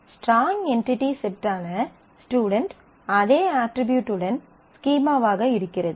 strong entity செட்டான student அதே அட்ரிபியூடுடன் ஸ்கீமாவாக இருக்கிறது